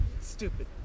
Stupid